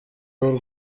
w’u